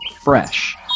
fresh